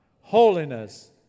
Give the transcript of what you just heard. Holiness